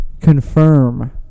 confirm